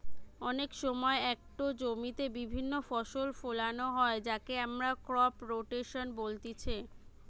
অনেক সময় একটো জমিতে বিভিন্ন ফসল ফোলানো হয় যাকে আমরা ক্রপ রোটেশন বলতিছে